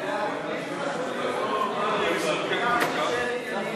מחקר ופיתוח בתעשייה (תיקון מס' 7)